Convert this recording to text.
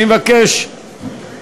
אני מבקש.